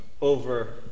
over